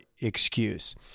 excuse